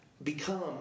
become